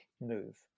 move